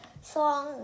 song